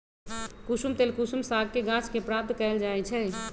कुशुम तेल कुसुम सागके गाछ के प्राप्त कएल जाइ छइ